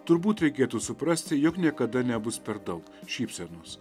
turbūt reikėtų suprasti jog niekada nebus per daug šypsenos